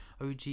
OG